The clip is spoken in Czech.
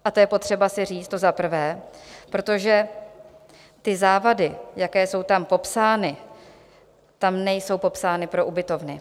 A to je potřeba si říct, to za prvé, protože ty závady, jaké jsou tam popsány, tam nejsou popsány pro ubytovny.